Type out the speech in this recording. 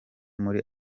muri